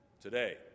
Today